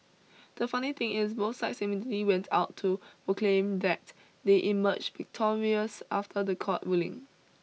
the funny thing is both sides immediately went out to proclaim that they emerged victorious after the court ruling